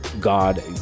God